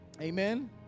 Amen